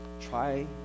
Try